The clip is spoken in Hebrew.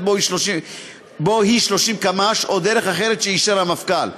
בו היא 30 קמ"ש או דרך אחרת שאישר המפכ"ל.